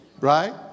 right